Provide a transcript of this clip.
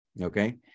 okay